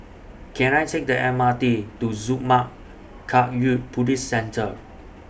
Can I Take The M R T to Zurmang Kagyud Buddhist Centre